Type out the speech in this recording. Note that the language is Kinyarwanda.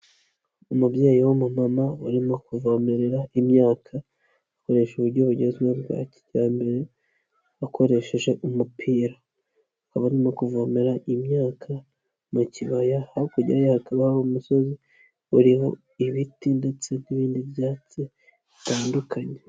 Umubyeyi w'umumama urimo kuvomerera imyaka, akoresha uburyo bugezweho bwa kijyambere akoresheje umupira, akaba arimo kuvomera imyaka mu kibaya, hakurya hakaba hariho umusozi uriho ibiti ndetse n'ibindi byatsi bitandukanye.